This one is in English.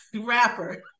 Rapper